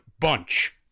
bunch